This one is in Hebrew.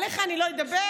עליך אני לא אדבר.